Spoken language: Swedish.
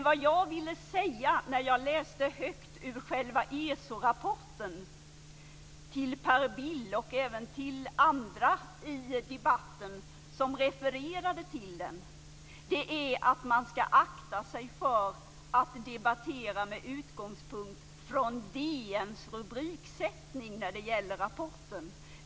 Vad jag ville säga när jag läste högt ur själva ESO-rapporten till Per Bill och även till andra i debatten som refererade till den är att man ska akta sig för att debattera med utgångspunkt i DN:s rubriksättning när det gäller rapporten.